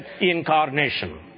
incarnation